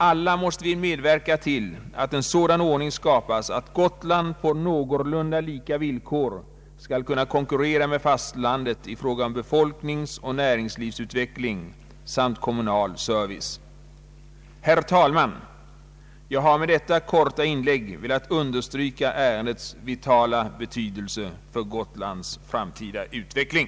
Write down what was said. Alla måste vi medverka till att en sådan ordning skapas att Gotland på någorlunda lika villkor skall kunna konkurrera med fastlandet i fråga om befolkningsoch = näringslivsutveckling samt kommunal service. Herr talman! Jag har med detta korta inlägg velat understryka ärendets vitala betydelse för Gotlands framtida utveckling.